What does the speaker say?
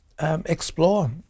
explore